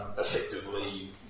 effectively